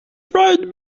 right